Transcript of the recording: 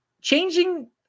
changing